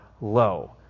low